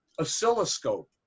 oscilloscope